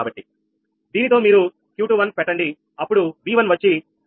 దీనితో మీరు 𝑄21 పెట్టండి అప్పుడు V1 వచ్చి1